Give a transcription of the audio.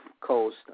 Coast